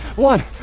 one!